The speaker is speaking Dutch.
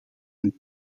een